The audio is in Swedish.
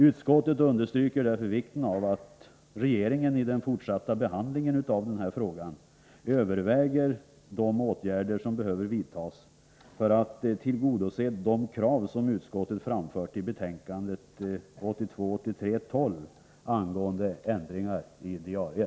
Utskottet understryker därför vikten av att regeringen i den fortsatta behandlingen av frågan överväger vilka åtgärder som behöver vidtas för att tillgodose de krav som utskottet framfört i betänkandet 1982/83:12 angående ändringar i diarier.